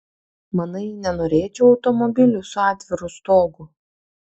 manai nenorėčiau automobilio su atviru stogu